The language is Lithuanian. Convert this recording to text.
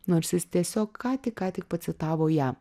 nors jis tiesiog ką tik ką tik pacitavo ją